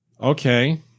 okay